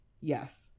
yes